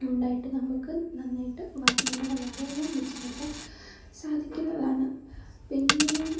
ഉണ്ടായിട്ട് നമ്മൾക്ക് നന്നായിട്ട് നമ്മുടെ വരയെ മെച്ചപ്പെടുത്താൻ സാധിക്കുന്നതാണ് പിന്നെയും